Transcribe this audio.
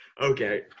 Okay